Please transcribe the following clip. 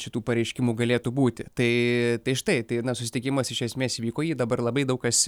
šitų pareiškimų galėtų būti tai tai štai tai na susitikimas iš esmės įvyko jį dabar labai daug kas